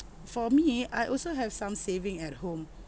for me I also have some saving at home